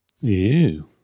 Ew